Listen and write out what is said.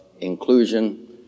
inclusion